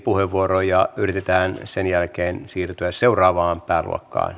puheenvuoro yritetään sen jälkeen siirtyä seuraavaan pääluokkaan